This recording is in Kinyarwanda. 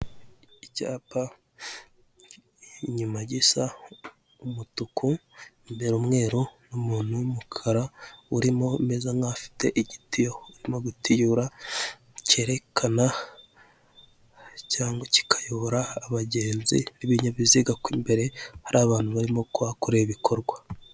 Icyapa inyuma gisa umutuku, imbera umweru n'umuntu w'umukara urimo umeze nk'ufite igitiyo arimo gutiyura cyerekana cyangwa kikayobora abagenzi b'ibinyabiziga ko imbere hari abantu barimo kuhakorera ibikorwa.